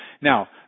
Now